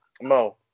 Mo